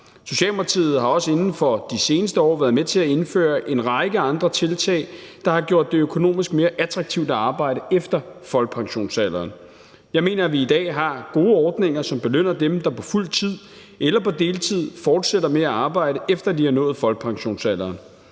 Socialdemokratiet har også inden for de seneste år været med til at indføre en række andre tiltag, der har gjort det økonomisk mere attraktivt at arbejde efter folkepensionsalderen. Jeg mener, at vi i dag har gode ordninger, som belønner dem, der er på fuld tid eller på deltid, og som fortsætter med at arbejde, efter de har nået folkepensionsalderen.